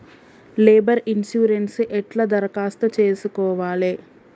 Labour insurance ఎట్ల దరఖాస్తు చేసుకోవాలే?